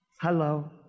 Hello